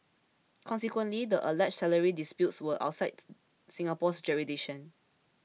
consequently the alleged salary disputes were outside Singapore's jurisdiction